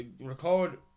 record